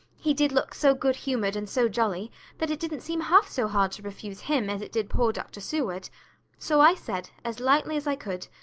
he did look so good-humoured and so jolly that it didn't seem half so hard to refuse him as it did poor dr. seward so i said, as lightly as i could,